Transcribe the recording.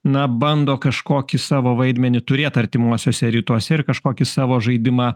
na bando kažkokį savo vaidmenį turėt artimuosiuose rytuose ir kažkokį savo žaidimą